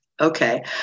Okay